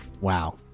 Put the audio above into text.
wow